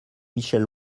michel